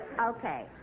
Okay